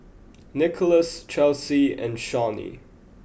Nikolas Chelsy and Shawnee